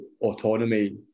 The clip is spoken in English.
autonomy